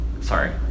Sorry